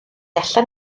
allan